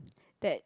that